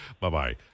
Bye-bye